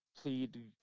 plead